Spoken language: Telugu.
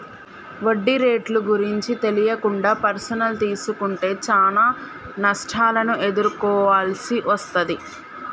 వడ్డీ రేట్లు గురించి తెలియకుండా పర్సనల్ తీసుకుంటే చానా నష్టాలను ఎదుర్కోవాల్సి వస్తది